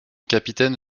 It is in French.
capitaine